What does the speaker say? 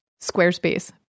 Squarespace